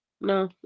No